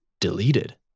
deleted